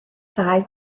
side